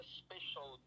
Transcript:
special